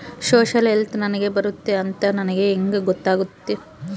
Social help ನನಗೆ ಬರುತ್ತೆ ಅಂತ ನನಗೆ ಹೆಂಗ ಗೊತ್ತಾಗುತ್ತೆ?